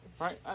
right